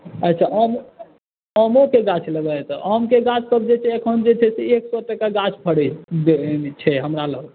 अच्छा आमोके गाछ लेबै तऽ आमके गाछसभ जे छै से एखन जे छै एक सए टके गाछ पड़ैत छै जे छै हमरा लग